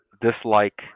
dislike